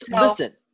Listen